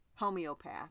homeopath